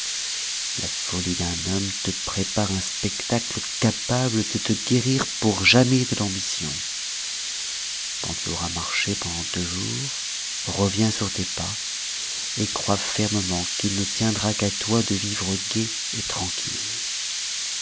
la folie d'un homme te prépare un spectacle capable de te guérir pour jamais de l'ambition quand tu auras marché pendant deux jours reviens sur tes pas et crois fermement qu'il ne tiendra qu'à toi de vivre gai et tranquille